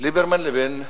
ליברמן לבין נתניהו.